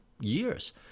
years